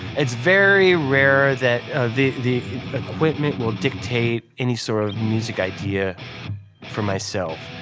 it's very rare that the the equipment will dictate any sort of music idea for myself.